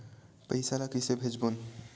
पईसा ला कइसे भेजबोन?